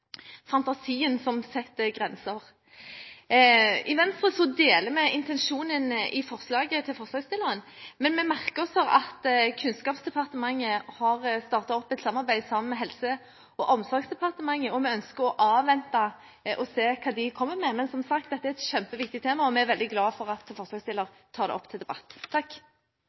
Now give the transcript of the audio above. fantasien som setter grenser. I Venstre deler vi intensjonen til forslagsstillerne, men vi merker oss at Kunnskapsdepartementet har startet opp et samarbeid med Helse- og omsorgsdepartementet, og vi ønsker å avvente og se hva de kommer med. Men som sagt – det er et kjempeviktig tema, og vi er veldig glade for at forslagsstillerne tar det opp til debatt.